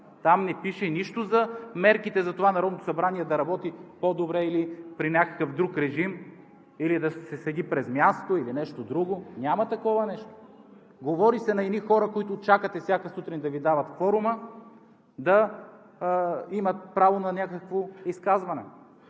там не пише нищо за мерките за това Народното събрание да работи по-добре или при някакъв друг режим, или да се седи през място, или нещо друго. Няма такова нещо! Говори се за едни хора, които чакате всяка сутрин да Ви дават кворума, да имат право на някакво изказване.